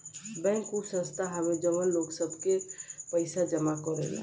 bank उ संस्था हवे जवन लोग सब के पइसा जमा करेला